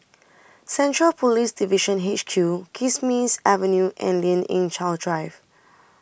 Central Police Division H Q Kismis Avenue and Lien Ying Chow Drive